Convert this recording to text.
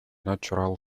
natural